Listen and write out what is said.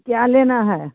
क्या लेना है